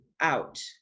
out